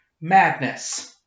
Madness